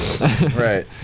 Right